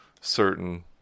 certain